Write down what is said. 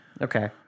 okay